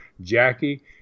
Jackie